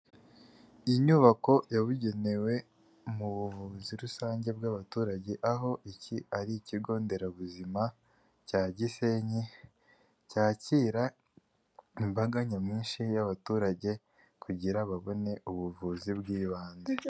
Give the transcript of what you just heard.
Inyubako yabugenewe mu buvuzi rusange bw'abaturage aho iki ari ikigonderabuzima cya Gisenyi cyakira imbaga nyamwinshi y'abaturage kugira babone ubuvuzi bw'ibanze.